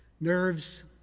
nerves